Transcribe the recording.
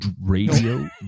Radio